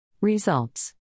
Results